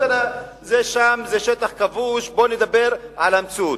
זה שם, זה שטח כבוש, בוא נדבר על המציאות.